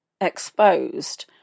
exposed